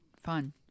fun